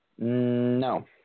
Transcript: No